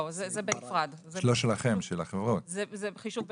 לא, זה חישוב בנפרד.